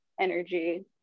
energy